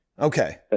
Okay